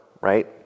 right